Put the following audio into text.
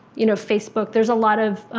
you know, facebook. there's a lot of